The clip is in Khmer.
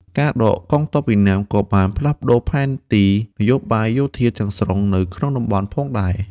ការដកទ័ពវៀតណាមក៏បានផ្លាស់ប្តូរផែនទីនយោបាយយោធាទាំងស្រុងនៅក្នុងតំបន់ផងដែរ។